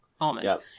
almond